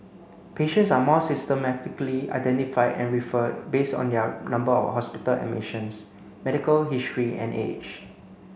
patients are more systematically identified and referred based on their number of hospital admissions medical history and age